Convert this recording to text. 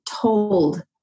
told